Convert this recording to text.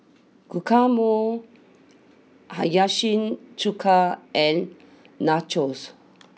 Guacamole Hiyashi Chuka and Nachos